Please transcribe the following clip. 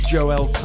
Joel